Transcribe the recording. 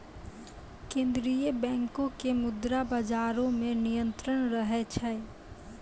केन्द्रीय बैंको के मुद्रा बजारो मे नियंत्रण रहै छै